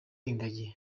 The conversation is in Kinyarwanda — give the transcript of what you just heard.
ingagi